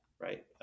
right